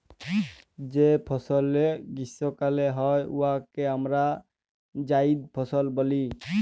যে ফসলে গীষ্মকালে হ্যয় উয়াকে আমরা জাইদ ফসল ব্যলি